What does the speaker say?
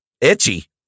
Itchy